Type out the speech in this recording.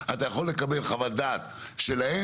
אתה יכול לקבל חוות דעת שלהם.